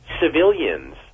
civilians